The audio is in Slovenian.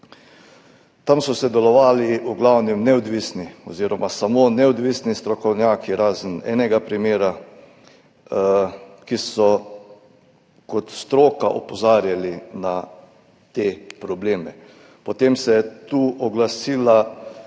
Tam so sodelovali v glavnem samo neodvisni strokovnjaki, razen enega primera, ki so kot stroka opozarjali na te probleme. Potem so se oglasili